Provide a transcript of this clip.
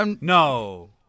No